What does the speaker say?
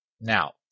Now